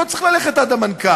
לא צריך ללכת עד המנכ"ל,